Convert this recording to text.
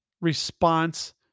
response